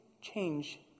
change